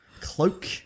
cloak